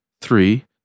Three